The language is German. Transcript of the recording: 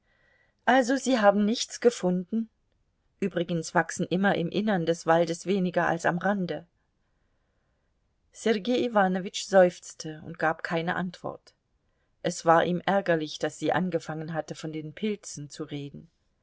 also sie haben nichts gefunden übrigens wachsen immer im innern des waldes weniger als am rande sergei iwanowitsch seufzte und gab keine antwort es war ihm ärgerlich daß sie angefangen hatte von den pilzen zu reden